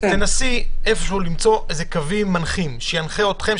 תנסי למצוא קווים מנחים שינחו אתכם,